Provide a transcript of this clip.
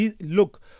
Look